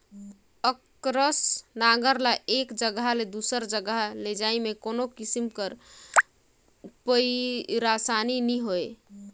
अकरस नांगर ल एक जगहा ले दूसर जगहा लेइजे मे कोनो किसिम कर पइरसानी नी होए